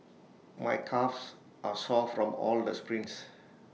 my calves are sore from all the sprints